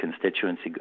constituency